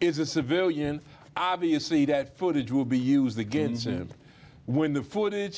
is a civilian obviously that footage will be used against him when the footage